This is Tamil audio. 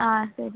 ஆ சரி